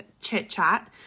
chit-chat